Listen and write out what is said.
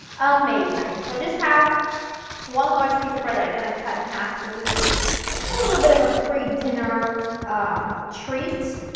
amazing. so, i just have one large piece of bread that i just kind of cut in half because this is a little bit of a pre-dinner treat,